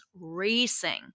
racing